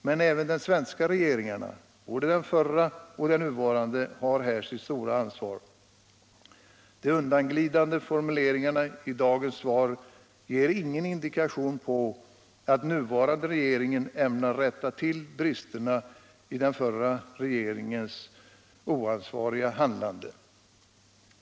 Men även de svenska regeringarna — både den förra och den nuvarande — har här sitt stora ansvar. De undanglidande formuleringarna i dagens svar ger ingen indikation på att den nuvarande regeringen ämnar rätta till bristerna i den förra regeringens oansvariga handlande.